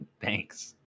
Thanks